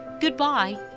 Goodbye